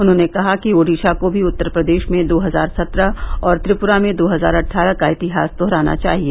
उन्होंने कहा कि ओडिसा को भी उत्तर प्रदेश में दो हजार सत्रह और त्रिपुरा में दो हजार अट्ठारह का इतिहास दोहराना चाहिए